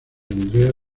andrea